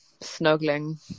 snuggling